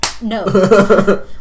No